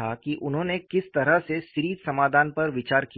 था कि उन्होंने किस तरह से सीरीज समाधान पर विचार किया